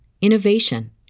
innovation